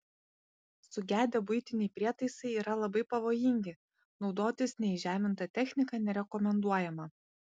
sugedę buitiniai prietaisai yra labai pavojingi naudotis neįžeminta technika nerekomenduojama